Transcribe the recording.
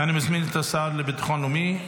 אני מזמין את השר לביטחון לאומי,